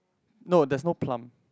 no there's no plum